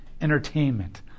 entertainment